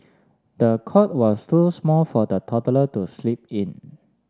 the cot was too small for the toddler to sleep in